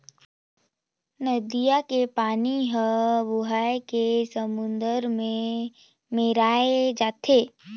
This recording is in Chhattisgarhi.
नदिया के पानी हर बोहाए के समुन्दर में मेराय जाथे